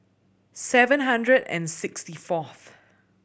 seven hundred and sixty fourth